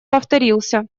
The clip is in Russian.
повторился